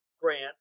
Grant